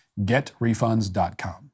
GetRefunds.com